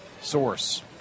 source